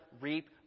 reap